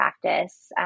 practice